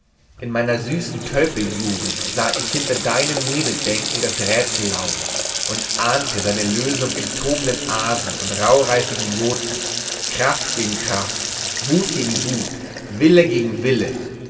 in meiner süßen tölpeljugend sah ich hinter deinen nebelbänken das rätsel lauern und ahnte seine lösung in tobenden asen und rauhreifigen joten kraft gegen kraft wut gegen wut wille gegen wille